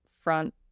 front